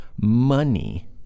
money